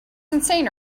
insane